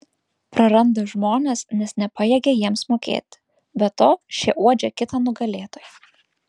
praranda žmones nes nepajėgia jiems mokėti be to šie uodžia kitą nugalėtoją